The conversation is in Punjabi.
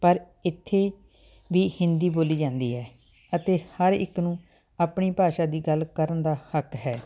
ਪਰ ਇੱਥੇ ਵੀ ਹਿੰਦੀ ਬੋਲੀ ਜਾਂਦੀ ਹੈ ਅਤੇ ਹਰ ਇੱਕ ਨੂੰ ਆਪਣੀ ਭਾਸ਼ਾ ਦੀ ਗੱਲ ਕਰਨ ਦਾ ਹੱਕ ਹੈ